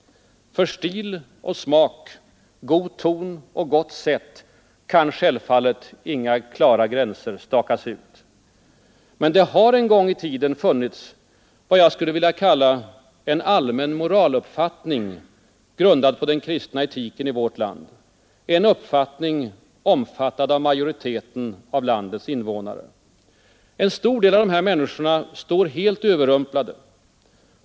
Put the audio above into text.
För stil och smak, god ton och gott sätt kan självfallet inga klara gränser stakas ut. Men det har en gång i tiden funnits vad jag skulle vilja kalla en allmän moraluppfattning, grundad på den kristna etiken i vårt land, en uppfattning omfattad av majoriteten av landets invånare. En stor del av dessa människor står helt överrumplade.